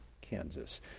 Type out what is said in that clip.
Kansas